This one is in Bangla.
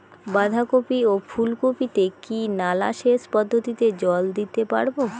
বাধা কপি ও ফুল কপি তে কি নালা সেচ পদ্ধতিতে জল দিতে পারবো?